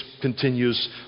continues